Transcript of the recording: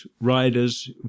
riders